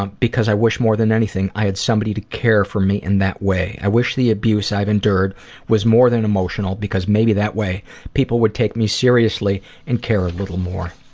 um because i wish more than anything i had somebody to care for me in that way. i wish the abuse i've endured was more than emotional because maybe that way people would take me seriously and care a little more.